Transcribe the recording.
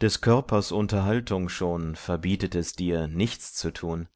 des körpers unterhaltung schon verbietet es dir nichts zu tun